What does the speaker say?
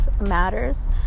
matters